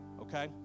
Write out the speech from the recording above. Okay